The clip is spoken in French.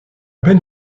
peine